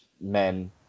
men